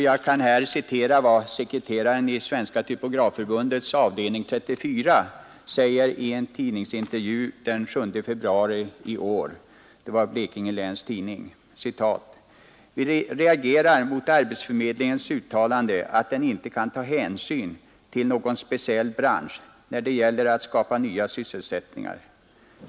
Jag kan här citera vad sekreteraren i Svenska typografförbundets avdelning 34 säger i en tidningsintervju den 7 februari i år: ”Vi reagerar mot arbetsförmedlingens uttalande att den inte kan ta hänsyn till någon speciell bransch när det gäller att skapa nya sysselsättningar.